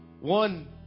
One